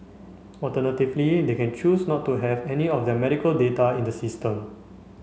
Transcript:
alternatively they can choose not to have any of their medical data in the system